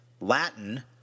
Latin